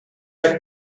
der